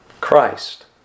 Christ